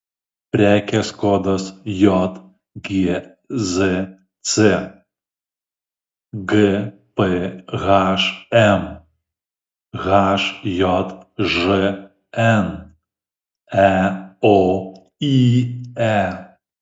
prekės kodas jgzc gphm hjžn eoye